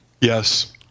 Yes